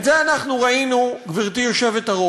את זה ראינו, גברתי היושבת-ראש,